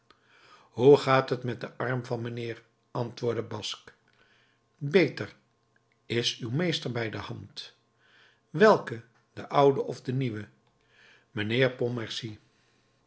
hoe gaat het met den arm van mijnheer antwoordde basque beter is uw meester bij de hand welke de oude of de nieuwe mijnheer